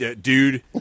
dude